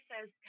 says